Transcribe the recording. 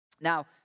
now